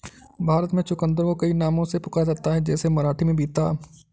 भारत में चुकंदर को कई नामों से पुकारा जाता है जैसे मराठी में बीता